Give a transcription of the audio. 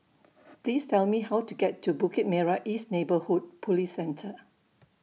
Please Tell Me How to get to Bukit Merah East Neighbourhood Police Centre